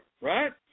Right